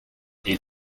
est